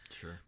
Sure